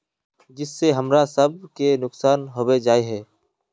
जिस से हमरा सब के नुकसान होबे जाय है?